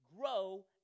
grow